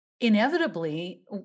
inevitably